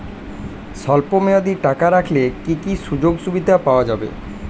স্বল্পমেয়াদী টাকা রাখলে কি কি সুযোগ সুবিধা পাওয়া যাবে?